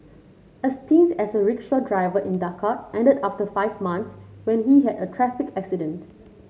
a stint as a rickshaw driver in Dhaka ended after five months when he had a traffic accident